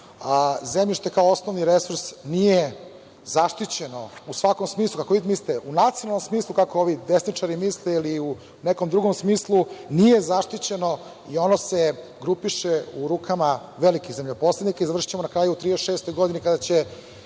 a zemljište kao osnovni resurs nije zaštićeno u svakom smislu, kako vi mislite, u nacionalnom smislu, kako oni desničari misle, ili u nekom drugom smislu i ono se grupiše u rukama velikih zemljoposednika i završićemo na kraju u 1936. godini kada je